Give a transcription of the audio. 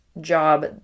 job